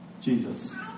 Jesus